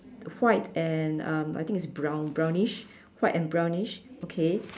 white and um I think it's brown brownish white and brownish okay